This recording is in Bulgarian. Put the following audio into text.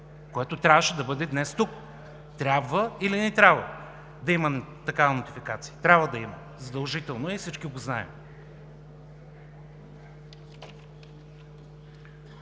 което трябваше да бъде тук днес – трябва или не трябва да има такава нотификация? Трябва да има. Задължително е! Всички го знаем.